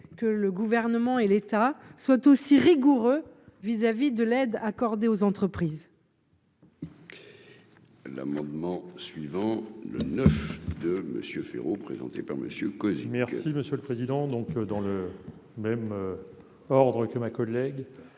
que le gouvernement et l'État soit aussi rigoureux vis-à-vis de l'aide accordée aux entreprises.